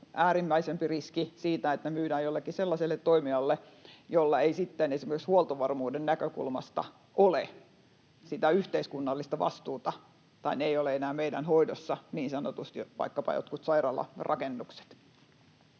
äärimmäisempi riski on siitä, että ne myydään jollekin sellaiselle toimijalle, jolla ei esimerkiksi huoltovarmuuden näkökulmasta ole sitä yhteiskunnallista vastuuta tai ne eivät ole enää meidän hoidossa niin sanotusti, vaikkapa jotkut sairaalarakennukset.